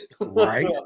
right